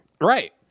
Right